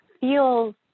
feels